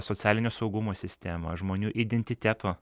socialinio saugumo sistema žmonių identiteto